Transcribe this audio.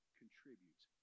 contributes